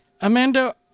Amanda